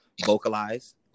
vocalize